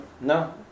no